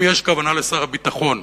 אם יש כוונה לשר הביטחון